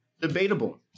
debatable